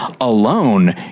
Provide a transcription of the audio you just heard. alone